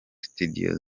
studio